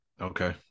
okay